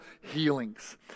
healings